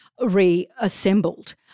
reassembled